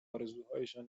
آرزوهایشان